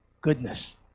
goodness